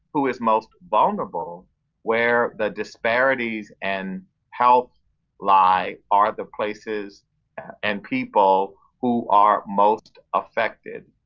who is most vulnerable where the disparities and health lie are the places and people who are most affected.